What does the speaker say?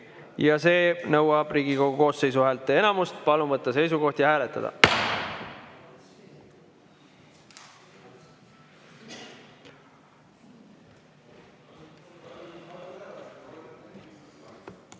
ja see nõuab Riigikogu koosseisu häälteenamust. Palun võtta seisukoht ja hääletada!